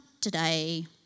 today